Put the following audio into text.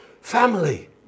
family